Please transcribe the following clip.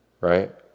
right